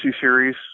series